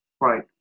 Right